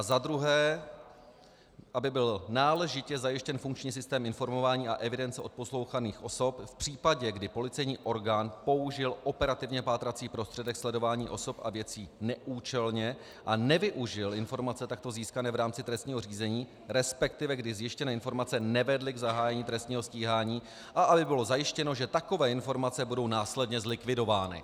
Za druhé, aby byl náležitě zajištěn funkční systém informování a evidence odposlouchaných osob v případě, kdy policejní orgán použil operativně pátrací prostředek ke sledování osob a věcí neúčelně a nevyužil informace takto získané v rámci trestního řízení, respektive kdy zjištěné informace nevedly k zahájení trestního stíhání, a aby bylo zajištěno, že takové informace budou následně zlikvidovány.